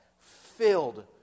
filled